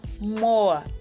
more